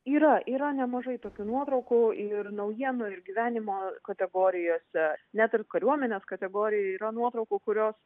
yra yra nemažai tokių nuotraukų ir naujienų iš gyvenimo kategorijose net ir kariuomenės kategorijoj yra nuotraukų kurios